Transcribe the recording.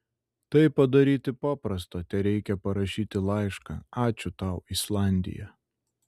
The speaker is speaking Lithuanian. tai padaryti paprasta tereikia parašyti laišką ačiū tau islandija